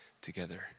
together